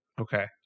Okay